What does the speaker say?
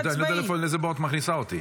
לא, אני פשוט לא יודע לאיזה בור את מכניסה אותי.